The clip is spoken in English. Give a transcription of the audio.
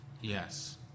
Yes